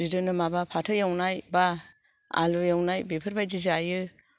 बिदिनो माबा फाथो एवनाय बा आलु एवनाय बेफोरबायदि जायो